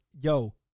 yo